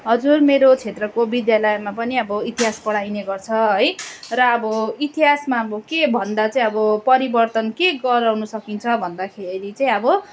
हजुर मेरो क्षेत्रको विद्यालयमा पनि अब इतिहास पढाइने गर्छ है र अब इतिहासमा अब के भन्दा चाहिँ अब परिवर्तन के गराउनु सकिन्छ भन्दाखेरि चाहिँ अब